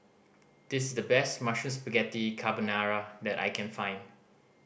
this is the best Mushroom Spaghetti Carbonara that I can find